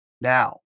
Now